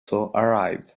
arrived